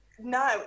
No